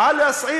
רק,